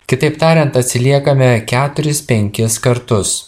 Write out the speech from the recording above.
kitaip tariant atsiliekame keturis penkis kartus